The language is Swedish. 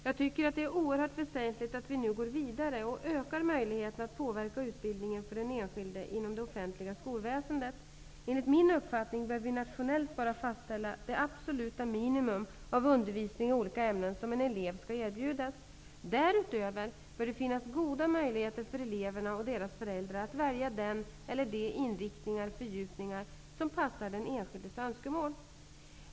Jag tycker att det är oerhört väsentligt att vi nu går vidare och ökar möjligheterna att påverka utbildningen för den enskilde inom det offentliga skolväsendet. Enligt min uppfattning bör vi nationellt bara fastställa det absoluta minimum av undervisning i olika ämnen som en elev skall erbjudas. Därutöver bör det finnas goda möjligheter för eleverna och deras föräldrar att välja den eller de inriktningar/fördjupningar som passar den enskildes önskemål.